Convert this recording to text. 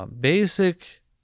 basic